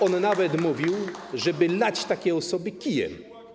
On nawet mówił, żeby lać takie osoby kijem.